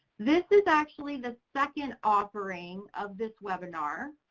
this is actually the second offering of this webinar.